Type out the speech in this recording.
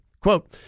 quote